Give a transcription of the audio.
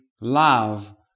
Love